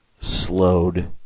slowed